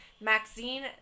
Maxine